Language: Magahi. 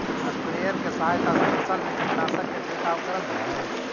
स्प्रेयर के सहायता से फसल में कीटनाशक के छिड़काव करल जा हई